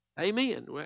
Amen